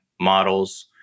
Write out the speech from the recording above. models